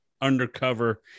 undercover